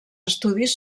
estudis